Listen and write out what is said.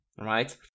right